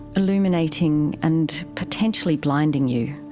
illuminating and potentially blinding you.